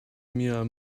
mir